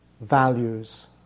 values